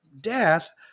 death